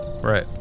Right